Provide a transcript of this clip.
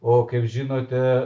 o kaip žinote